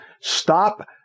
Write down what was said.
Stop